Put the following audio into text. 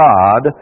God